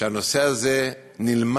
שהנושא הזה נלמד